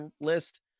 list